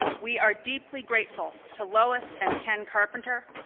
we are deeply grateful to lois and ken carpenter,